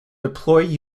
deploy